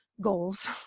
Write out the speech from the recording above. goals